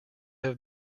have